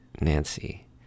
nancy